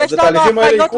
התהליכים האלה יקרו.